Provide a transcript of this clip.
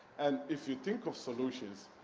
and, if you think of solutions,